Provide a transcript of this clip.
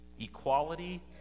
equality